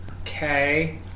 Okay